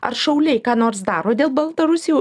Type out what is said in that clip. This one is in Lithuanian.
ar šauliai ką nors daro dėl baltarusių